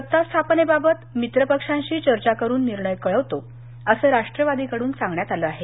सत्ता स्थापनेबाबत मित्रपक्षाशी चर्चा करून निर्णय कळवतो अस राष्ट्रवादीकडून सांगण्यात आलं आहे